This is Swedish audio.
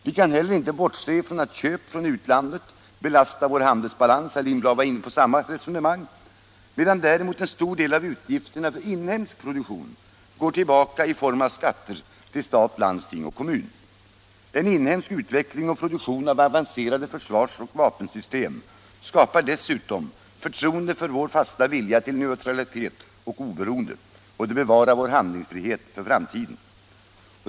Vi kan inte heller bortse ifrån att köp från utlandet belastar vår handelsbalans —- herr Lindblad var inne på samma resonemang — medan en stor del av utgifterna för inhemsk produktion går tillbaka i form av skatter till stat, landsting och kommun. En inhemsk utveckling och produktion av avancerade försvars och vapensystem skapar dessutom förtroende för vår fasta vilja till neutralitet och oberoende, och den bevarar vår handlingsfrihet för framtiden.